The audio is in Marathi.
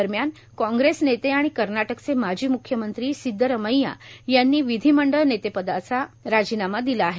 दरम्यान काँग्रेस नेते आणि कर्नाटकाचे माजी मुख्यमंत्री सिद्रमैया यांनी विधीमंडळ नेतेपदाचा राजीनामा दिला आहे